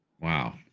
wow